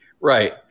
Right